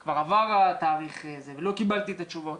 לא קיבלתי את התשובות,